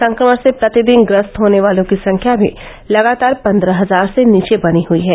संक्रमण से प्रतिदिन ग्रस्त होने वालों की संख्या भी लगातार पन्द्रह हजार से नीचे बनी हई है